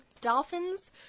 Dolphins